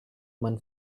man